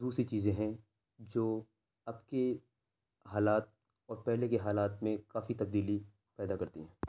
دوسری چیزیں ہیں جو اب کے حالات اور پہلے کے حالات میں کافی تبدیلی پیدا کرتے ہیں